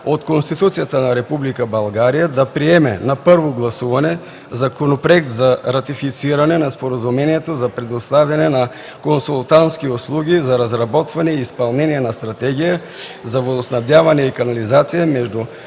от Конституцията на Република България да приеме на първо гласуване Законопроект за ратифициране на Споразумението за предоставяне на консултантски услуги за разработване и изпълнение на стратегия за водоснабдяване и канализация между